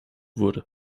wurde